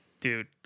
dude